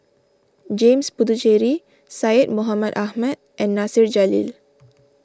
James Puthucheary Syed Mohamed Ahmed and Nasir Jalil